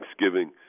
Thanksgiving